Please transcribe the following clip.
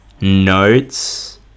notes